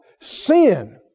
sin